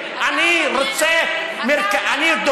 אתה צריך להיות, אני לא סוגד לאף דגל.